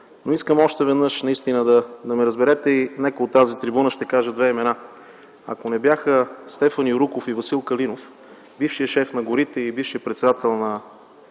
Искам още веднъж да ме разберете и нека от тази трибуна да кажа две имена. Ако не бяха Стефан Юруков и Васил Калинов – бившият шеф на горите и бившият председател на